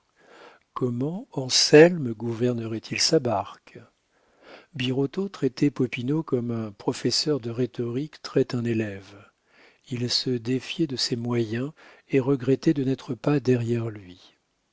comment anselme gouvernerait il sa barque birotteau traitait popinot comme un professeur de rhétorique traite un élève il se défiait de ses moyens et regrettait de n'être pas derrière lui